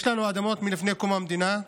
יש לנו אדמות מלפני קום המדינה.